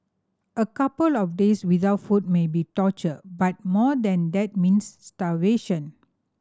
a couple of days without food may be torture but more than that means starvation